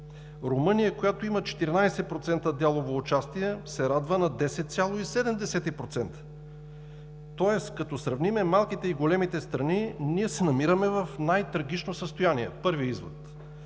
Румъния, която има 14% дялово участие, се радва на 10,7%. Тоест като сравним малките и големите страни, ние се намираме в най-трагично състояние – първият извод.